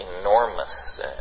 enormous